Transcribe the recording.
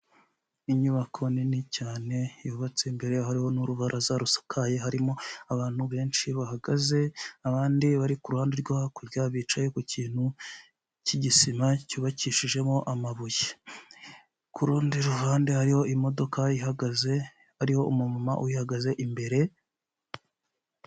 Inyubako nini cyane yubatse imbere hari n'urubaraza rusukaye harimo abantu benshi bahagaze abandi bari kuru ruhande rwo hakurya bicaye ku kintu cy'igisima cyubakishijemo amabuye ku rundi ruhande hariho imodoka ihagaze ariho umumama uhagaze imbere.